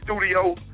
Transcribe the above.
studio